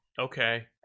okay